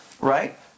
right